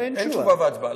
אין תשובה והצבעה.